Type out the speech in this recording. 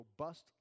robust